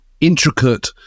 intricate